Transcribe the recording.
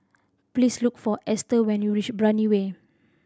please look for Ester when you reach Brani Way